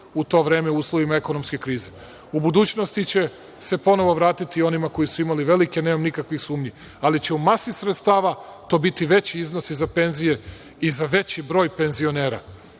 u to vreme, u uslovima ekonomske krize.U budućnosti će se ponovo vratiti onima koji su imali velike. Nemam nikakvih sumnji, ali će u masi sredstava to biti veći iznosi za penzije i za veći broj penzionera. Ne